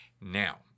Now